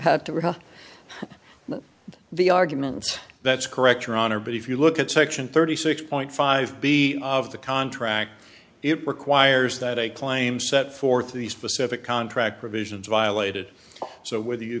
had to rehab the arguments that's correct your honor but if you look at section thirty six point five b of the contract it requires that a claim set forth the specific contract provisions violated so whether you